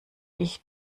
ich